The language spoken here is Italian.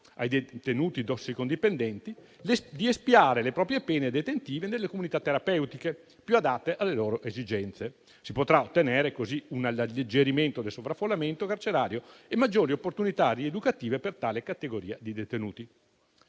ai detenuti tossicodipendenti di espiare le proprie pene detentive nelle comunità terapeutiche più adatte alle loro esigenze. Si potranno ottenere così un alleggerimento del sovraffollamento carcerario e maggiori opportunità rieducative per tale categoria di detenuti.